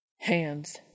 Hands